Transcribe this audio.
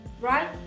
Right